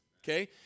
Okay